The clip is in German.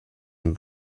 und